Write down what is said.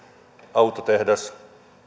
autotehdas